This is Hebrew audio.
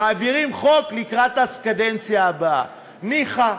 מעבירים חוק לקראת הקדנציה הבאה, ניחא.